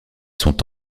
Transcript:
sont